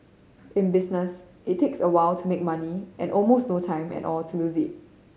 in business it takes a while to make money and almost no time at all to lose it